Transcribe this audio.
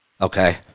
Okay